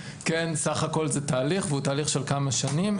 כן סך הכל זה תהליך והוא תהליך של כמה שנים,